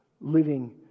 living